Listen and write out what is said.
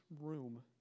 room